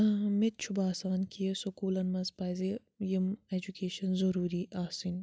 مےٚ تہِ چھُ باسان کہِ سکوٗلَن منٛز پَزِ یِم اٮ۪جُکیشَن ضٔروٗری آسٕنۍ